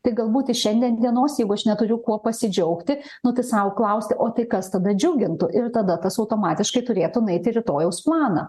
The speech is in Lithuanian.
tai galbūt ir šiandien dienos jeigu aš neturiu kuo pasidžiaugti nu tai sau klausti o tai kas tada džiugintų ir tada tas automatiškai turėtų nueiti į rytojaus planą